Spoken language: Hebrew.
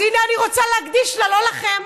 אז הינה, אני רוצה להקדיש לה, לא לכם.